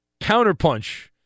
Counterpunch